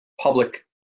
public